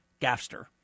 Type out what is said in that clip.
gaffster